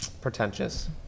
pretentious